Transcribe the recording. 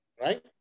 right